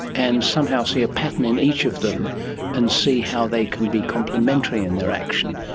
and somehow see a pattern in each of them and see how they can be complimentary in their action.